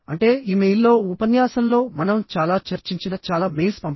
అంటే ఇమెయిల్లో ఉపన్యాసంలో మనం చాలా చర్చించిన చాలా మెయిల్స్ పంపడం